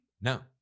no